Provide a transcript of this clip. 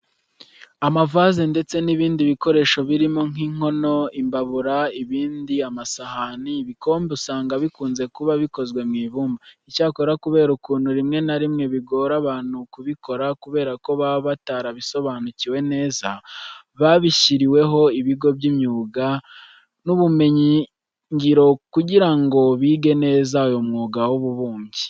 Amavaze ndetse n'ibindi bikoresho birimo nk'inkono, imbabura, ibibindi, amasahani, ibikombe usanga bikunze kuba bikozwe mu ibumba. Icyakora kubera ukuntu rimwe na rimwe bigora abantu kubikora kubera ko baba batabisobanukiwe neza, bashyiriweho ibigo by'imyuga n'ubumenyingiro kugira ngo bige neza uyu mwuga w'ububumbyi.